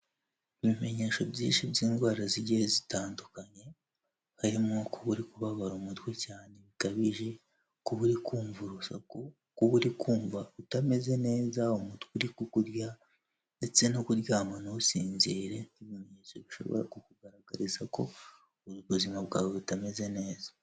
Ibimenyesho byinshi by'indwara zigiye zitandukanye, harimo kuba uri kubabara umutwe cyane bikabije, kuba uri kumva urusaku, kuba uri kumva utameze neza, umutwe uri kukurya ndetse no kuryama ntusinzire, ni bimenyetso bishobora kukugaragariza ko ubuzima bwawe butameze neza.